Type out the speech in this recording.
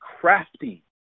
crafty